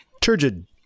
turgid